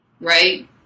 right